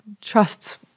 trusts